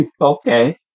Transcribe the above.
Okay